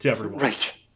Right